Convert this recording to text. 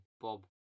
Bob